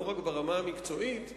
לא רק ברמה המקצועית,